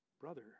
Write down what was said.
brother